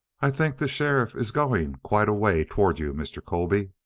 i think the sheriff is going quite a way toward you, mr. colby.